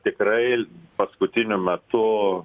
tikrai paskutiniu metu